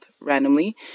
randomly